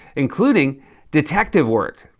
including detective work.